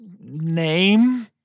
name